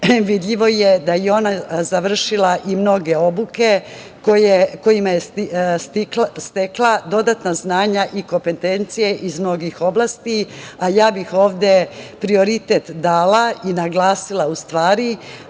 vidljivo je da je ona završila i mnoge obuke kojima je stekla dodatna znanja i kompetencije iz mnogih oblasti, a ja bih ovde prioritet dana i naglasila, u stvari,